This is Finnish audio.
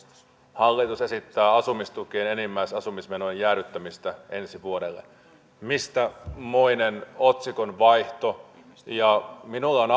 hallitus esittää asumistukien enimmäisasumismenojen jäädyttämistä ensi vuodelle mistä moinen otsikon vaihto minulle on